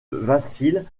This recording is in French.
vacille